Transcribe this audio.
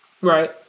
Right